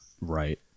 right